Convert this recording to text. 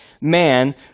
man